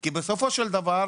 כי בסופו של דבר,